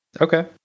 Okay